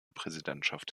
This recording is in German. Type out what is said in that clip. präsidentschaft